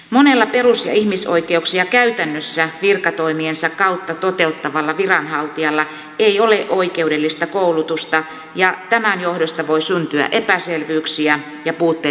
monella perus ja ihmisoikeuksia käytännössä virkatoimiensa kautta toteuttavalla viranhaltijalla ei ole oikeudellista koulutusta ja tämän johdosta voi syntyä epäselvyyksiä ja puutteellista toimintaa